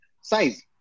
size